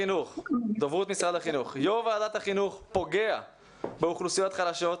דוברות משרד החינוך: יו"ר ועדת החינוך פוגע באוכלוסיות חלשות,